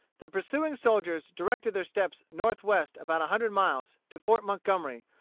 the pursuing soldiers directed their steps northwest about a hundred miles to fort montgomery,